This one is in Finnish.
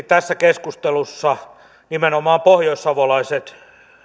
tässä keskustelussa nimenomaan pohjoissavolaiset